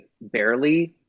barely